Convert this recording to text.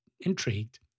intrigued